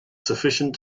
sufficient